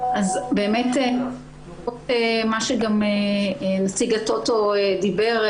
אז באמת מה שגם נציג הטוטו דיבר,